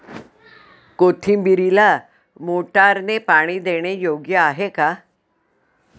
कोथिंबीरीला मोटारने पाणी देणे योग्य आहे का?